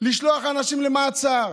לשלוח אנשים למעצר,